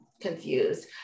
confused